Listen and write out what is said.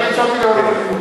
אני הצעתי לוועדת החינוך.